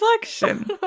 reflection